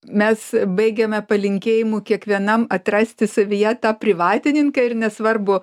mes baigiame palinkėjimu kiekvienam atrasti savyje tą privatininką ir nesvarbu